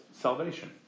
salvation